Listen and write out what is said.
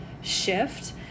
shift